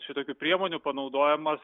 šitokių priemonių panaudojimas